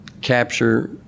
capture